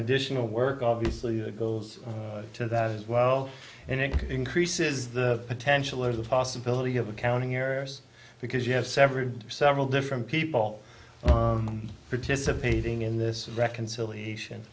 additional work obviously goes to that as well and it increases the potential or the possibility of accounting errors because you have several several different people participating in this reconciliation